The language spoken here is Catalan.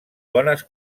bones